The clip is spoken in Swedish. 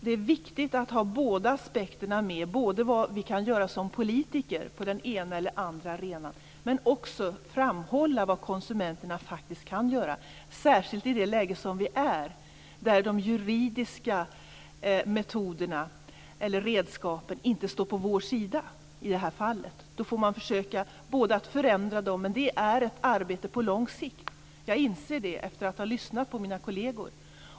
Det är viktigt att ha båda aspekterna med, både vad vi som politiker kan göra på den ena eller andra arenan, men också framhålla vad konsumenterna faktiskt kan göra, särskilt i det läge som vi nu är i, där de juridiska metoderna eller redskapen inte står på vår sida i detta fall. Då får man försöka att förändra dem, men det är ett arbete på lång sikt. Jag inser det efter att ha lyssnat på mina kolleger.